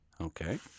Okay